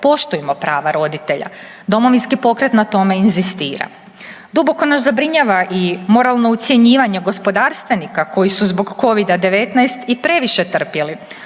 poštujmo prava roditelja. Domovinski pokret na tome inzistira. Duboko nas zabrinjava i moralno ucjenjivanje gospodarstvenika koji su zbog Covida-19 i previše trpjeli.